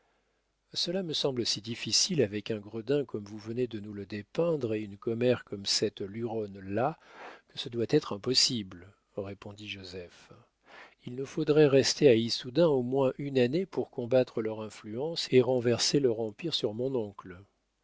cela me semble si difficile avec un gredin comme vous venez de nous le dépeindre et une commère comme cette luronne là que ce doit être impossible répondit joseph il nous faudrait rester à issoudun au moins une année pour combattre leur influence et renverser leur empire sur mon oncle